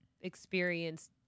experienced